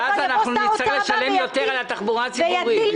אז נצטרך לשלם יותר על התחבורה הציבורית.